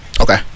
Okay